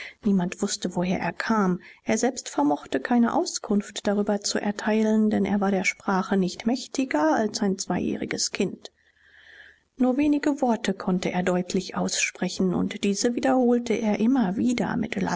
niemand wußte woher er kam er selbst vermochte keine auskunft darüber zu erteilen denn er war der sprache nicht mächtiger als ein zweijähriges kind nur wenige worte konnte er deutlich aussprechen und diese wiederholte er immer wieder mit